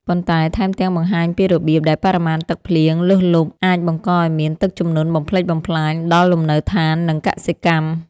ប៉ុន្តែថែមទាំងបង្ហាញពីរបៀបដែលបរិមាណទឹកភ្លៀងលើសលប់អាចបង្កឱ្យមានទឹកជំនន់បំផ្លិចបំផ្លាញដល់លំនៅដ្ឋាន និងកសិកម្ម។